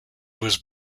was